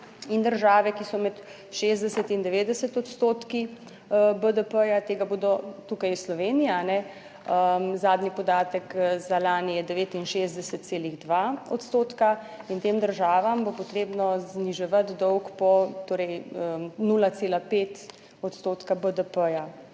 države, ki so med 60 in 90 odstotki BDP, tega bodo, tukaj je Slovenija, zadnji podatek za lani je 69,2 odstotka in tem državam bo potrebno zniževati dolg po, torej 0,5 odstotka BDP.